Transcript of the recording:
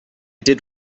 did